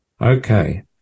Okay